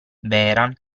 vehrehan